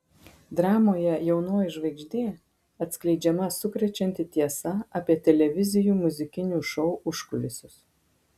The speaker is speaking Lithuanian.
dramoje jaunoji žvaigždė atskleidžiama sukrečianti tiesa apie televizijų muzikinių šou užkulisius